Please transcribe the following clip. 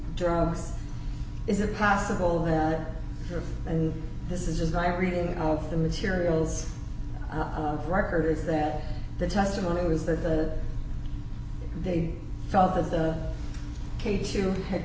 drugs is it possible that this is just my reading of the materials records that the testimony was that they felt that the case you had